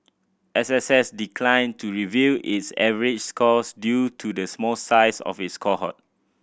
S S S declined to reveal its average scores due to the small size of its cohort